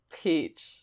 Peach